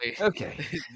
Okay